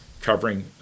covering